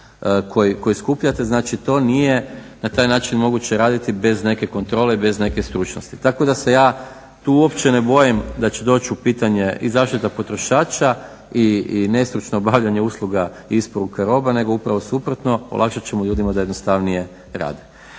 koji skupljate. Znači, to nije na taj način moguće raditi bez neke kontrole, bez neke stručnosti. Tako da se ja tu uopće ne bojim da će doći u pitanje i zaštita potrošača i nestručno obavljanje usluga i isporuka roba, nego upravo suprotno olakšat ćemo ljudima da jednostavnije rade.